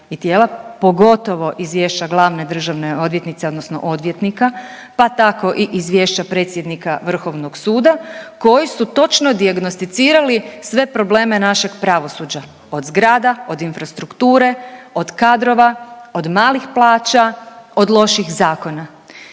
i tijela pogotovo izvješća glavne državne odvjetnice odnosno odvjetnika, pa tako i izvješća predsjednika Vrhovnog suda koji su točno dijagnosticirali sve probleme našeg pravosuđa od zgrada, od infrastrukture, od kadrova, od malih plaća, od loših zakona.